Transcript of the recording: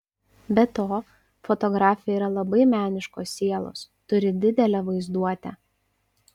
be to fotografė yra labai meniškos sielos turi didelę vaizduotę